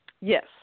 Yes